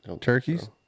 Turkeys